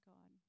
God